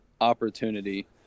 opportunity